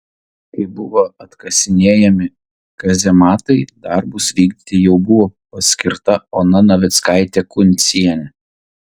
kai buvo atkasinėjami kazematai darbus vykdyti jau buvo paskirta ona navickaitė kuncienė